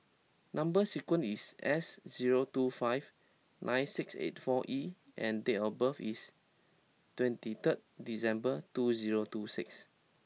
number sequence is S zero two five nine six eight four E and date of birth is twenty third December two zero two six